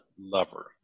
lover